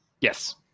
Yes